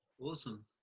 awesome